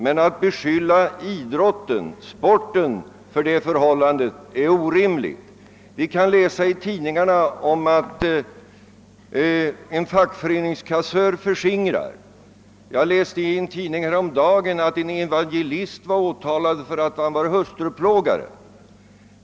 Men att beskylla idrotten, sporten, för det förhållandet är orimligt. Vi kan läsa i tidningarna om att en fackföreningskassör förskingrar. Jag läste i en tidning häromdagen att en evangelist var åtalad för att han var hustruplågare.